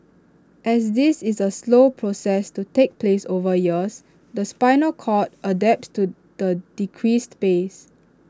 as this is A slow process to takes place over years the spinal cord adapts to the decreased space